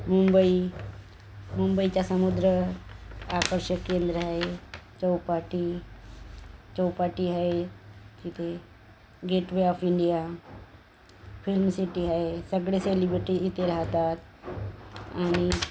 मुंबई मुंबईच्या समुद्र आकर्षक केंद्र आहे चौपाटी चौपाटी आहे तिथे Gateway of India Film City आहे सगळे सेलिब्रिटी इथे राहतात आणि